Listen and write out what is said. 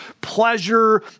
pleasure